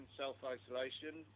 self-isolation